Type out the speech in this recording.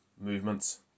movements